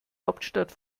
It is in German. hauptstadt